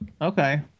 Okay